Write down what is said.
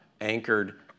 anchored